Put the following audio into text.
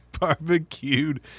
Barbecued